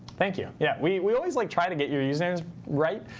thank you. yeah, we we always like try to get your usernames right.